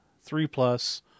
three-plus